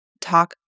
talk